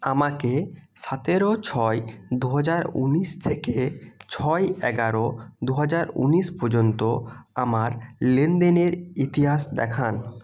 আমাকে সতেরো ছয় দু হাজার উনিশ থেকে ছয় এগারো দু হাজার উনিশ পর্যন্ত আমার লেনদেনের ইতিহাস দেখান